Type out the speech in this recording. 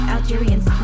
Algerians